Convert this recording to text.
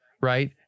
right